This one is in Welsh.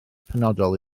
penodol